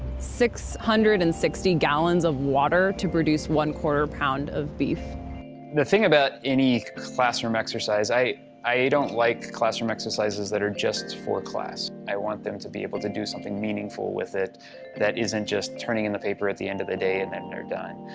six hundred and sixty gallons of water to produce one quarter pound of beef. jim gawel the thing about any classroom exercise, i i don't like classroom exercises that are just for class. i want them to be able to do something meaningful with it that isn't just turning in the paper at the end of the day, and then they're done.